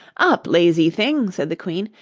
up, lazy thing said the queen,